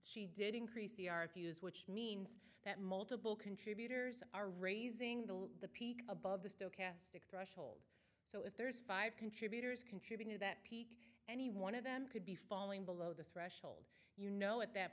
she did increase c r fuz which means that multiple contributors are raising the peak above the stochastic so if there's five contributors contribute to that peak any one of them could be falling below the threshold you know at that